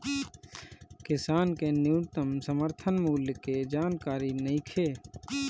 किसान के न्यूनतम समर्थन मूल्य के जानकारी नईखे